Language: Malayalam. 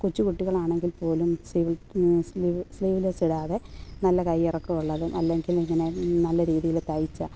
കൊച്ചുകുട്ടികൾ ആണെങ്കിൽപ്പോലും സ്ലീവ് സ്ലീവ്ലെസ്സ് ഇടാതെ നല്ല കയ്യിറക്കം ഉള്ളതും അല്ലെങ്കിൽ ഇങ്ങനെ നല്ല രീതിയിൽ തയ്ച്ച